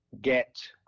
get